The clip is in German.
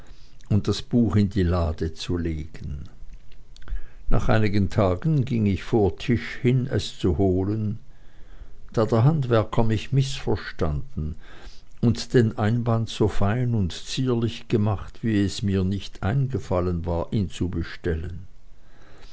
und das buch in die lade zu legen nach einigen tagen ging ich vor tisch hin es zu holen da hatte der handwerker mich mißverstanden und den einband so fein und zierlich gemacht wie es mir nicht eingefallen war ihn zu bestellen